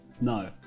No